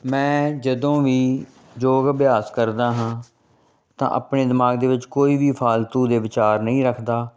ਮੈਂ ਜਦੋਂ ਵੀ ਯੋਗ ਅਭਿਆਸ ਕਰਦਾ ਹਾਂ ਤਾਂ ਆਪਣੇ ਦਿਮਾਗ ਦੇ ਵਿੱਚ ਕੋਈ ਵੀ ਫਾਲਤੂ ਦੇ ਵਿਚਾਰ ਨਹੀਂ ਰੱਖਦਾ